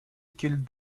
killed